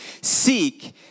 Seek